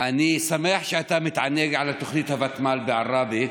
אני שמח שאתה מתענג על תוכנית הוותמ"ל בעראבה,